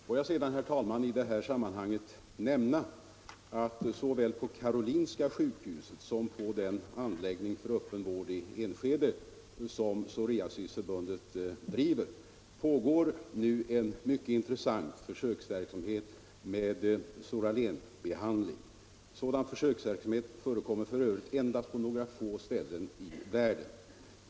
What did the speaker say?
Får jag sedan, herr talman, i det här sammanhanget nämna att såväl på Karolinska sjukhuset som på den anläggning för öppen vård i Enskede, vilken Psoriasisförbundet driver, pågår nu en mycket intressant försöksverksamhet med psoralenbehandling. Sådån försöksverksamhet förekommer f. ö. endast på några få ställen i världen.